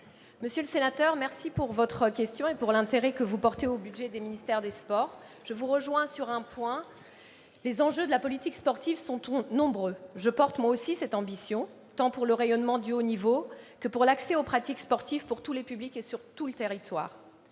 Monsieur le sénateur Savin, je vous remercie de votre question et de l'intérêt que vous portez au budget du ministère des sports. Je vous rejoins sur un point : les enjeux de la politique sportive sont nombreux. Je porte, moi aussi, cette ambition, tant pour le rayonnement du haut niveau que pour l'accès aux pratiques sportives pour tous les publics et sur tout le territoire.